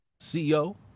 CEO